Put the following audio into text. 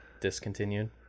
discontinued